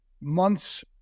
months